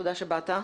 תודה שבאת.